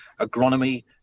agronomy